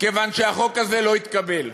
כיוון שהחוק הזה לא התקבל.